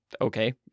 okay